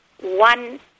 one